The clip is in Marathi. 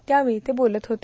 त्यावेळी ते बोलत होते